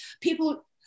People